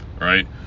right